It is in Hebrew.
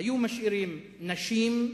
היו משאירים נשים,